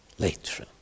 later